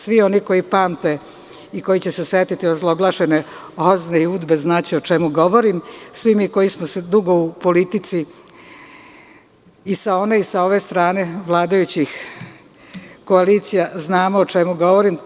Svi oni koji pamte i koji će se setiti ozloglašene OZNE i UDBE, znaće o čemu govorim, svi mi koji smo dugo u politici i sa ove i sa one strane vladajućih koalicija znamo o čemu govorim.